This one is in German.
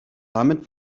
damit